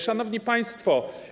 Szanowni Państwo!